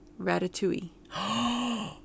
Ratatouille